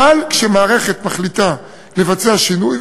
אבל כשמערכת מחליטה לבצע שינוי,